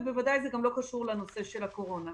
ובוודאי זה גם לא קשור לנושא של הקורונה.